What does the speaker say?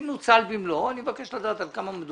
אם נוצל במלואו, אני מבקש לדעת על כמה מדובר.